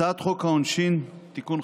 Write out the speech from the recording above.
הצעת חוק העונשין (תיקון,